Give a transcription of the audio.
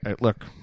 look